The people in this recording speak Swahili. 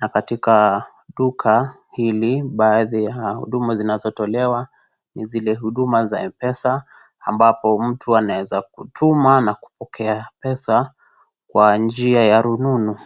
na katika duka hili, baadhi ya huduma zinazotolewa ni zile huduma za M pesa ambapo mtu anaweza kutuma na kupokea pesa kwa njia ya rununu.